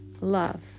love